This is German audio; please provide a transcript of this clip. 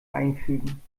einfügen